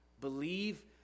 Believe